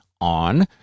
on